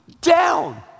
down